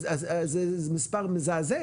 זה מספר מזעזע.